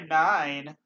nine